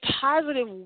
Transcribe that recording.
positive